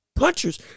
punchers